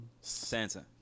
santa